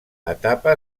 etapa